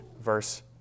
verse